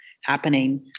happening